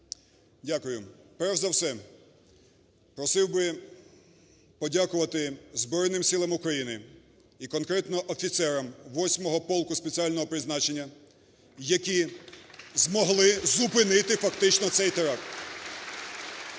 Дякую. Перш за все, просив би подякувати Збройним Силам України і конкретно офіцерам восьмого полку спеціального призначення, які змогли зупинити фактично цей теракт.